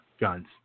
guns